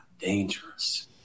dangerous